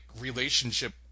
relationship